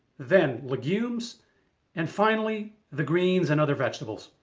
then legumes and finally the greens and other vegetables.